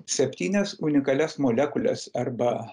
septynias unikalias molekules arba